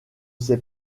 sait